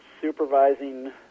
supervising